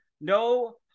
no